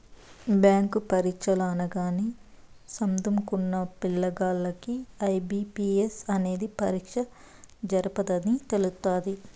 bank పరీచ్చలు అనగానే సదుంకున్న పిల్లగాల్లకి ఐ.బి.పి.ఎస్ అనేది పరీచ్చలు జరపతదని తెలస్తాది